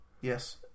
Yes